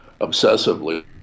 obsessively